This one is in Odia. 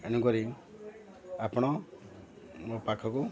ଏଣୁକରି ଆପଣ ମୋ ପାଖକୁ